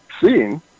seeing